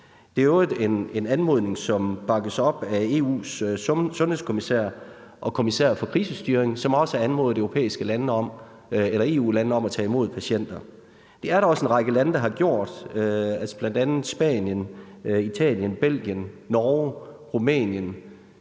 Det er i øvrigt en anmodning, som bakkes op af EU's sundhedskommissær og kommissær for krisestyring, som også har anmodet EU-lande om at tage imod patienter. Det er der også en række lande, der har gjort, bl.a. Spanien, Italien, Belgien, Norge og Rumænien,